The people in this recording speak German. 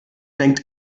denkt